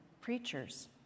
preachers